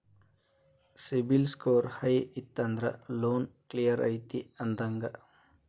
CIBIL score high ಇತ್ತಂದ್ರ loan clear ಐತಿ ಅಂದಂಗ